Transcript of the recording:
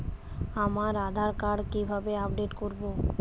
আমার আধার কার্ড কিভাবে আপডেট করব?